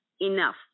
Enough